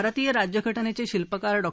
भारतीय राज्यघटनेचे शिल्पकार डॉ